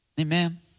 Amen